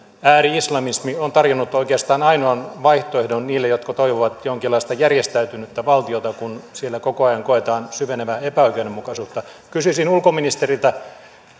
ääri islamismi on tarjonnut oikeastaan ainoan vaihtoehdon niille jotka toivovat jonkinlaista järjestäytynyttä valtiota kun siellä koko ajan koetaan syvenevää epäoikeudenmukaisuutta kysyisin ulkoministeriltä